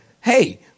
hey